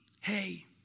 hey